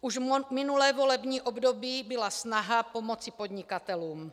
Už minulé volební období byla snaha pomoci podnikatelům.